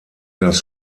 das